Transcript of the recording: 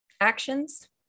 actions